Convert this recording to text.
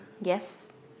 Yes